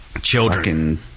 children